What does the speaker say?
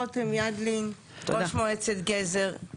רותם ידלין ראשת מועצת גזר.